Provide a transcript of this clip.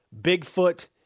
Bigfoot